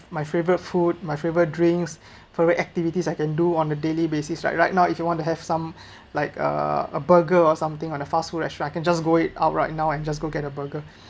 my favourite food my favourite drinks favourite activities I can do on a daily basis right right now if you want to have some like uh a burger or something on a fast food restaurant I can just go it outright now and just go get a burger